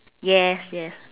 yes yes